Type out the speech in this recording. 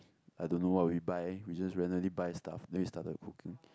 I don't know what we buy we just randomly buy stuff then we started cooking